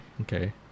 Okay